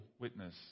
witness